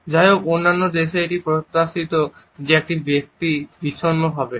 যাইহোক অন্যান্য দেশে এটি প্রত্যাশিত যে একজন ব্যক্তি বিষণ্ণ হবেন